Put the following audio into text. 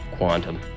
Quantum